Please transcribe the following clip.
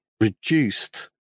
reduced